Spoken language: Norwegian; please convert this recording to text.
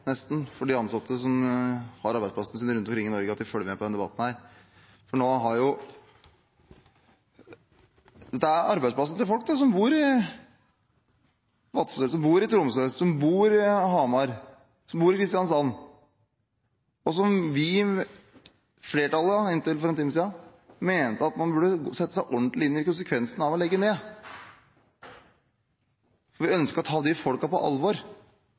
de ansatte, som har arbeidsplassene sine rundt omkring i Norge, følger med på denne debatten. Det dreier seg om arbeidsplassene til folk som bor i Vadsø, som bor i Tromsø, som bor i Hamar, som bor i Kristiansand, og vi – flertallet, for inntil en time siden – mente man burde sette seg ordentlig inn i konsekvensene av å legge dem ned. Vi ønsket å ta disse folkene på alvor,